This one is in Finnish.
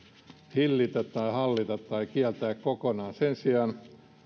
hillitä tai hallita tai kieltää kokonaan sen sijaan